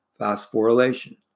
phosphorylation